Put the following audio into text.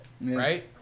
right